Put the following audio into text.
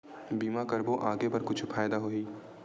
बीमा करबो आगे बर कुछु फ़ायदा होही?